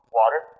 water